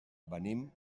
venim